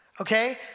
okay